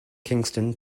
kingston